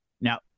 now